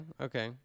okay